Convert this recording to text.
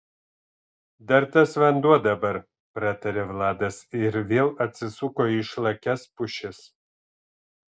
dar tas vanduo dabar pratarė vladas ir vėl atsisuko į išlakias pušis